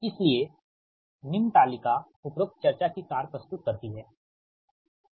इसलिए निम्न तालिका उपरोक्त चर्चा की सार प्रस्तुत करती है ठीक